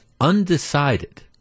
undecided